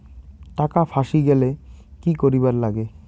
টাকা ফাঁসি গেলে কি করিবার লাগে?